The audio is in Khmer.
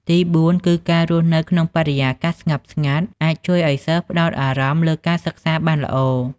ទី៤ គឺការរស់នៅក្នុងបរិយាកាសស្ងប់ស្ងាត់អាចជួយឲ្យសិស្សផ្ដោតអារម្មណ៍លើការសិក្សាបានល្អ។